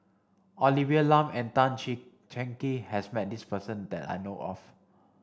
Olivia Lum and Tan Cheng Kee has met this person that I know of